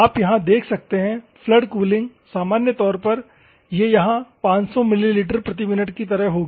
आप यहां देख सकते हैं फ्लड कूलिंग सामान्य तौर पर यह यहां 500 मिली प्रति मिनट की तरह होगी